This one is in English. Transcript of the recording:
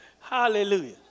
Hallelujah